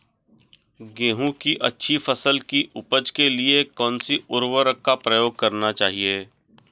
गेहूँ की अच्छी फसल की उपज के लिए कौनसी उर्वरक का प्रयोग करना चाहिए?